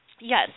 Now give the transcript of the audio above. Yes